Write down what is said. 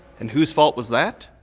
and whose fault was that?